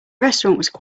restaurant